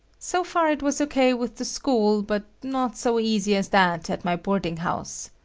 so far it was o k. with the school, but not so easy as that at my boarding house.